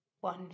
one